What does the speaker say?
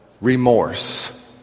remorse